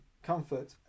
Comfort